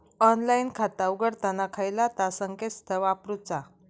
Online खाता उघडताना खयला ता संकेतस्थळ वापरूचा?